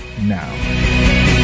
now